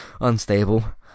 unstable